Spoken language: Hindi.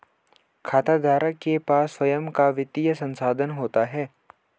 खाताधारक के पास स्वंय का वित्तीय संसाधन होता है